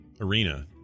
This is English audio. arena